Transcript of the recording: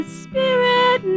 spirit